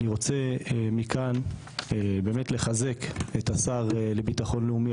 אני רוצה מכאן לחזק את השר לביטחון לאומי,